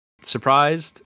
surprised